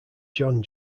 john